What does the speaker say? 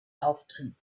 auftrieb